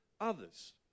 others